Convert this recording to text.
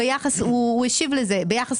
מנגנון קריטי מבחינה פיסקלית וגם מבחינה